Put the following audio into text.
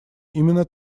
именно